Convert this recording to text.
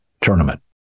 tournament